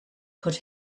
put